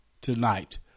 tonight